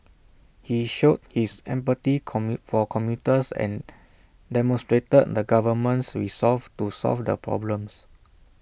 he showed his empathy for commuters and demonstrated the government's resolve to solve the problems